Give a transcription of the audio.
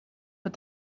but